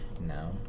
No